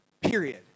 Period